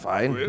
Fine